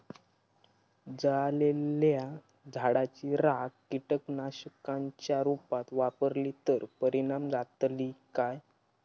जळालेल्या झाडाची रखा कीटकनाशकांच्या रुपात वापरली तर परिणाम जातली काय?